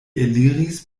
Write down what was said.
eliris